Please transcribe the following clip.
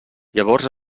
llavors